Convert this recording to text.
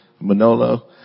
Manolo